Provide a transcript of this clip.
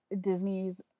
Disney's